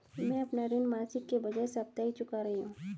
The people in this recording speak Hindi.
मैं अपना ऋण मासिक के बजाय साप्ताहिक चुका रही हूँ